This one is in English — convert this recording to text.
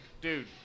dude